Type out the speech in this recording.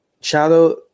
shadow